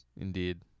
Indeed